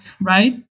right